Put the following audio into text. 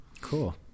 Cool